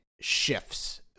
shifts